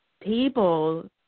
people